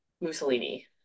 mussolini